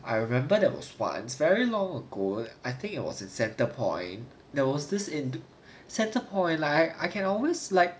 I remember there was once very long ago I think it was at centre point there was this in centre point like I can always like